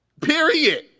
Period